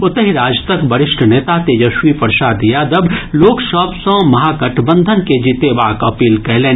ओतहि राजदक वरिष्ठ नेता तेजस्वी प्रसाद यादव लोक सभ सँ महागठबंधन के जीतेबाक अपील कयलनि